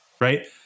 Right